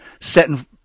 setting